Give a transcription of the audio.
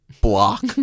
block